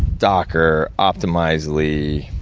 docker, optimizely,